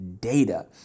data